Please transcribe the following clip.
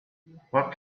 what